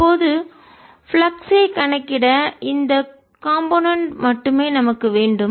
இப்போது ஃப்ளக்ஸ் ஐ கணக்கிட இந்த காம்போனென்ட் கூறு மட்டுமே நமக்கு வேண்டும்